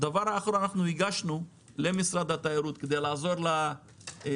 דבר אחרון הגשנו למשרד התיירות תכנית כדי לעזור למדריכי